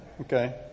Okay